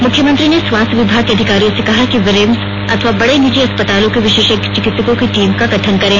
मुख्यमंत्री ने स्वास्थ्य विभाग के अधिकारियों से कहा कि वे रिम्स अथवा बड़े निर्जी अस्पतालों के विशेषज्ञ चिकित्सकों की टीम का गठन करें